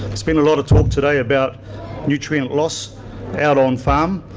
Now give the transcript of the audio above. there's been a lot of talk today about nutrient loss out on farm.